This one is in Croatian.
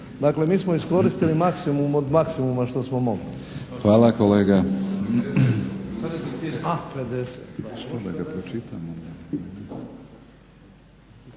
Dakle, mi smo iskoristili maksimum od maksimuma što smo mogli. **Batinić,